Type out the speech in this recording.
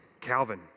Calvin